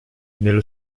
nello